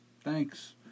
thanks